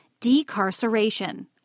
decarceration